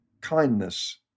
kindness